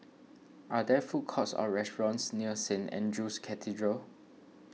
are there food courts or restaurants near Saint andrew's Cathedral